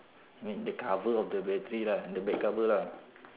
I mean the cover of the battery lah the back cover lah